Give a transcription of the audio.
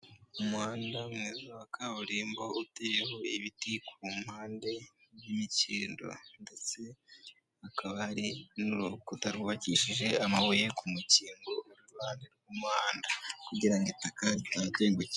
Umuhanda mwiza wa kaburimbo, uteyeho ibiti ku mpande z'imikindo ndetse hakaba hari n'urukuta rwubakishije amabuye ku mukingo ihande rw'umuhanda kugira itaka ritahatengukira.